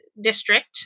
district